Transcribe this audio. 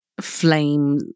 flame